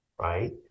right